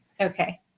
Okay